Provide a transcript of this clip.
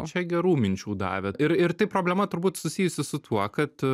čia gerų minčių davė ir ir tai problema turbūt susijusi su tuo kad